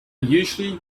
usually